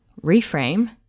reframe